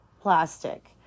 plastic